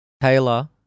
Taylor